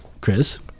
Chris